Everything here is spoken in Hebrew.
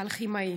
"האלכימאי":